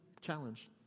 challenge